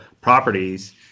properties